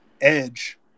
edge